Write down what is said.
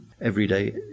everyday